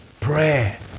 Prayer